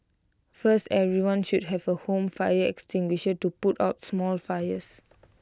first everyone should have A home fire extinguisher to put out small fires